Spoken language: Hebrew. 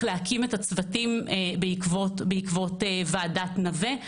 להקים את הצוותים בעקבות ועדת נווה,